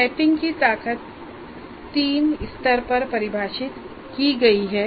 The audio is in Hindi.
मैपिंग की ताकत 3 पर परिभाषित की गई है